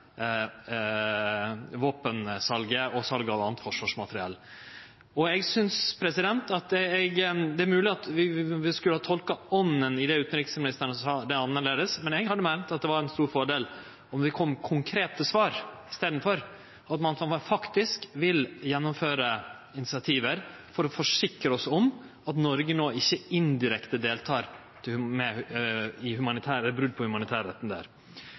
våpensalet og salet av anna forsvarsmateriell. Det er mogleg at vi skulle ha tolka «ånda» i det utanriksministeren sa, annleis, men eg hadde meint at det var ein stor fordel om det kom konkrete svar i staden, at ein faktisk vil gjennomføre initiativ for å forsikre oss om at Noreg ikkje indirekte deltek i brot på humanitærretten der. Så kunne eg òg tenkje meg å vende meg litt breiare til særleg Arbeidarpartiet, Kristeleg Folkeparti og Senterpartiet i